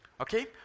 Okay